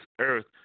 earth